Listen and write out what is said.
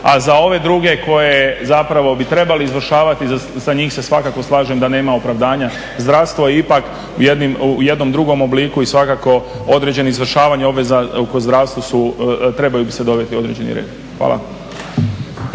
a za ove druge koji bi trebali izvršavati za njih se svakako slažem da nema opravdanja. Zdravstvo je ipak u jednom drugom obliku i svakako određeno izvršavanje obaveza u zdravstvu se trebaju dovesti u određeni red. Hvala.